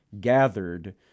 gathered